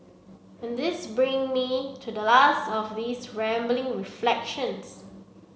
and this bring me to the last of these rambling reflections